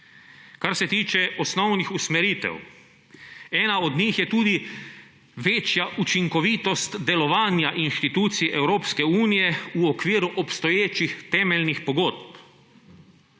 Kar se tiče osnovnih usmeritev. Ena od njih je tudi večja učinkovitost delovanja institucij Evropske unije v okviru obstoječih temeljnih pogodb.